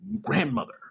grandmother